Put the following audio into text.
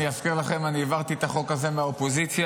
אזכיר לכם, אני העברתי את החוק הזה מהאופוזיציה,